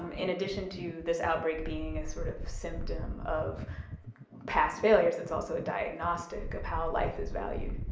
um in addition to this outbreak being a sort of symptom of past failures, it's also a diagnostic of how life is valued,